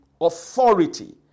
authority